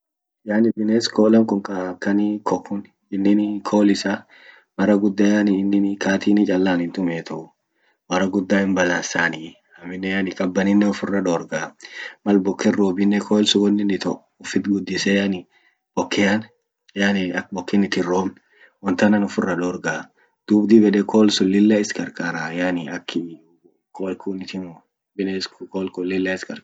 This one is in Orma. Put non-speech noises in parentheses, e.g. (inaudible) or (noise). Yani bines kolan kun ka akani ko kun inini kol isa mara guda yani inini katini challan hintumietu mara guda hinbalansanii amine yani qabaninen ufira dorgaa mal boken robinen kol wonin ito ufit gudise yani bokean yani ak boken itin robn wontanan ufira dorga dub dib yede kolsun lilla is qarqara yani akii (unintelligible) bines kun kol kun lilla is qarqaraa.